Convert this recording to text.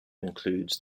includes